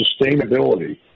sustainability